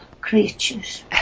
creatures